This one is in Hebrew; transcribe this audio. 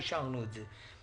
אישרנו את זה.